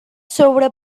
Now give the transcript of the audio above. sobre